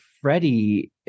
Freddie